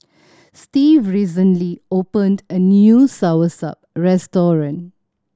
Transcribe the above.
Stevie recently opened a new soursop restaurant